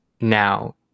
now